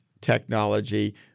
technology